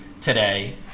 today